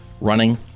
running